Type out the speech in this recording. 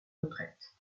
retraite